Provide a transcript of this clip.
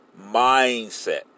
mindset